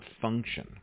function